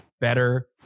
better